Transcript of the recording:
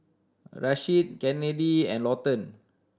Rasheed Kennedi and Lawton